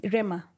Rema